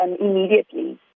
immediately